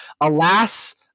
alas